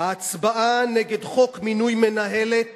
"ההצבעה נגד חוק מינוי מנהלת